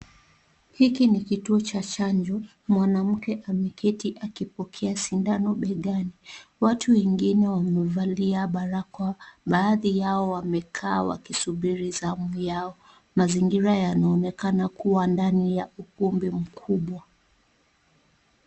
Hiki ni kituo cha chanjo. Mwanamke ameketi akipokea sindano begani. Watu wengine wamevalia barakoa. Baadhi yao wamekaa wakisubiri zamu yao. Mazingira yanaonekana kuwa ndani ya ukumbi mkubwa.